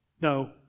No